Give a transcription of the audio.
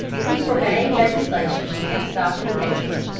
he forbade legislation, and stopped his paper.